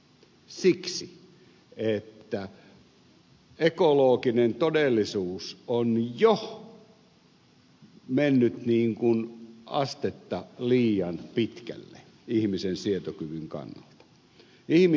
siksi että ekologinen todellisuus on jo mennyt astetta liian pitkälle ihmisen sietokyvyn kannalta